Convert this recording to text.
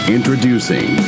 Introducing